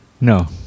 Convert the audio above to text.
No